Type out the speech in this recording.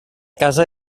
casa